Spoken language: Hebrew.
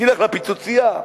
תלך ל"פיצוצייה",